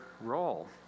role